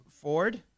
Ford